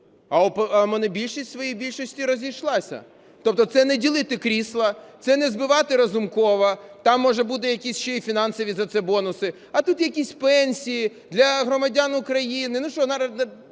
а монобільшість у своїй більшості розійшлася. Тобто це не ділити крісла, це не збивати Разумкова, там, може, будуть якісь ще й фінансові за це бонуси. А тут якісь пенсії для громадян України,